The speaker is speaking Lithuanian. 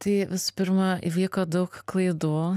tai visų pirma įvyko daug klaidų